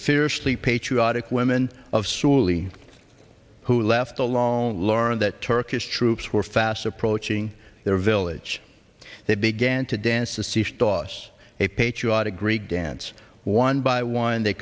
fiercely patriotic women of surely who left alone learned that turkish troops were fast approaching their village they began to dance to see if dos a patriotic greek dance one by one they